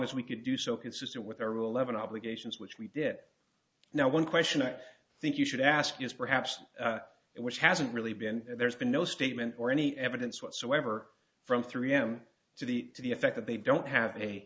as we could do so consistent with our rule eleven obligations which we did now one question i think you should ask is perhaps it was hasn't really been there's been no statement or any evidence whatsoever from three m to the to the effect that they don't have a